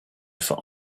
for